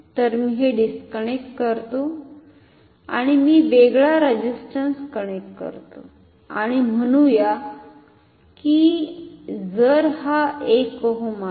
तर मी हे डिस्कनेक्ट करतो आणि मी वेगळा रेझिस्टन्स कनेक्ट करतो आणि म्हणुया कि जर हा 1 ओहम आहे